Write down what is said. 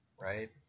right